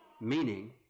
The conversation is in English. Meaning